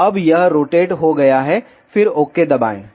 तो अब यह रोटेट हो गया है फिर ओके दबाएँ